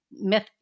myth